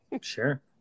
Sure